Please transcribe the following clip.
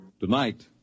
Tonight